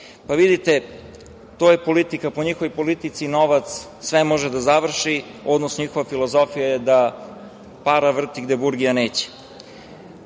kazni? Vidite, to je politika. Po njihovoj politici, novac sve može da završi, odnosno njihova filozofija je da para vrti gde burgija neće. Kod